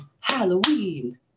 Halloween